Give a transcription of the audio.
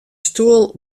stoel